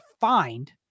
find